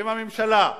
עם הממשלה.